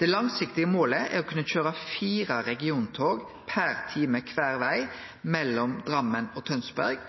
Det langsiktige målet er å kunne køyre fire regiontog per time kvar veg mellom Drammen og Tønsberg